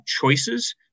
choices